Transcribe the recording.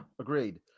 agreed